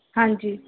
ਹਾਂਜੀ